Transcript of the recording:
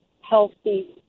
healthy